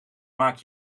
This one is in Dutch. maak